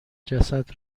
جسد